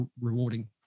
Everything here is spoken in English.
rewarding